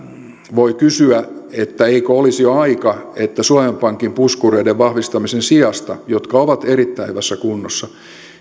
voi kysyä eikö olisi jo aika että suomen pankin puskureiden vahvistamisen sijasta jotka ovat erittäin hyvässä kunnossa